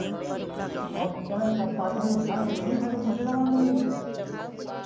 और कह रहे सब सारी व्यवस्थाएं सब ठीक है जो पहले लगा के गये थे